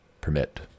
permit